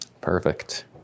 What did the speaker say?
Perfect